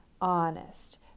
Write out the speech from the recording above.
honest